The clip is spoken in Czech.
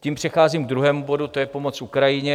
Tím přecházím k druhému bodu, to je pomoc Ukrajině.